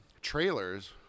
trailers